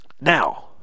Now